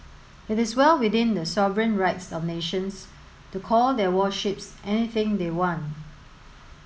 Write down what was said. it is well within the sovereign rights of nations to call their warships anything they want